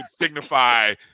signify